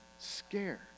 scared